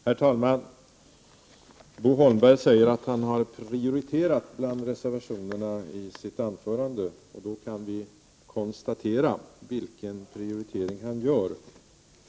Herr talman! Bo Holmberg säger att han i sitt anförande har prioriterat vissa reservationer. Då kan vi konstatera vilken prioritering han gör.